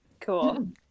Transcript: Cool